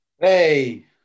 Hey